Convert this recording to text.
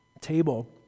table